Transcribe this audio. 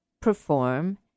perform